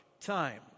time